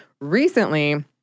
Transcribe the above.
recently